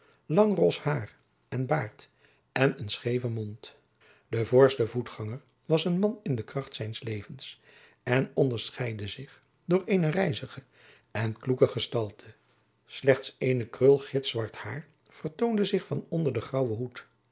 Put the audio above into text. lang ros hair en baard en een scheeven mond de voorste voetganger was een man in de kracht zijns levens en onderscheidde zich door eene rijzige en kloeke gestalte slechts eene krul git zwart hair vertoonde zich van onder den graauwen hoed